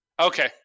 Okay